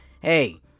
Hey